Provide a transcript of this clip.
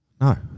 No